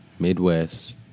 Midwest